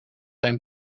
zijn